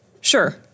Sure